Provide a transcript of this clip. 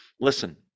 listen